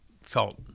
felt